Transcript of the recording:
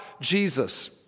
Jesus